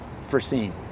foreseen